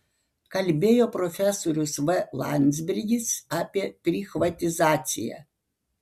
kalbėjo profesorius v landsbergis apie prichvatizaciją